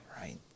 Right